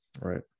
right